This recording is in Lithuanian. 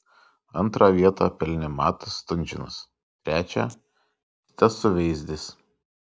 antrą vietą pelnė matas stunžinas trečią titas suveizdis